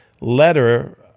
letter